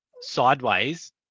sideways